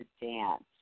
dance